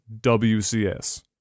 WCS